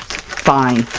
fine,